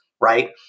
right